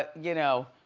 ah you know,